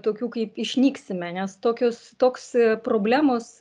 tokių kaip išnyksime nes tokios toks problemos